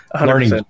Learning